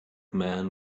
man